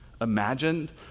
imagined